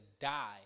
die